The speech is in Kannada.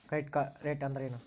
ಕ್ರೆಡಿಟ್ ರೇಟ್ ಅಂದರೆ ಏನು?